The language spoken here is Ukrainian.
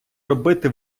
робити